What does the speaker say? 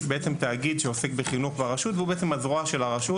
התאגיד הזה הוא הזרוע של הרשות.